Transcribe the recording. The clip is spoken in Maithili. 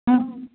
ह्म्म